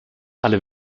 alle